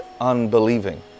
unbelieving